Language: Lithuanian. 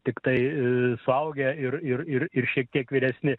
tiktai suaugę ir ir ir ir šiek tiek vyresni